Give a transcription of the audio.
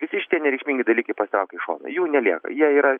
visi šitie nereikšmingi dalykai pasitraukia į šoną jų nelieka jie yra